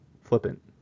flippant